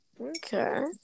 Okay